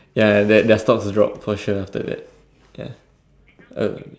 ya their their stocks drop for sure after that yeah um